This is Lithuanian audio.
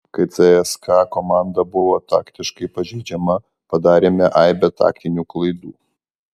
kai cska komanda buvo taktiškai pažeidžiama padarėme aibę taktinių klaidų